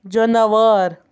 جاناوار